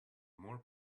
more